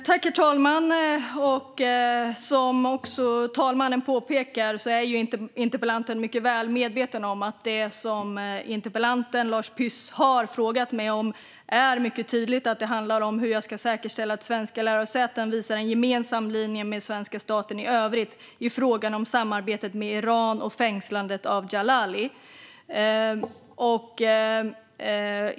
Herr talman! Som herr talmannen påpekar är interpellanten Lars Püss väl medveten om att det som interpellanten har frågat mig om mycket tydligt handlar om hur jag ska säkerställa att svenska lärosäten visar en gemensam linje med svenska staten i övrigt i fråga om samarbetet med Iran och fängslandet av Djalali.